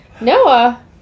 Noah